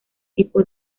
tipo